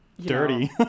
dirty